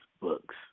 books